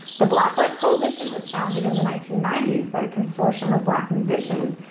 the black art coalition was founded in the nineteen ninety s by a consortium of black musicians,